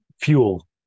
fuel